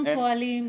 אנחנו פועלים,